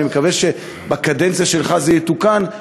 ואני מקווה שבקדנציה שלך זה יתוקן,